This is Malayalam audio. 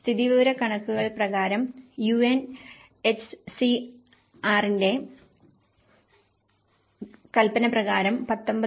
സ്ഥിതിവിവരക്കണക്കുകൾ പ്രകാരം യുഎൻഎച്ച്സിആറിന്റെUNHCR s കൽപ്പന പ്രകാരം 19